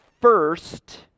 first